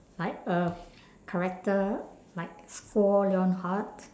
like a character like lionheart